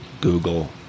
Google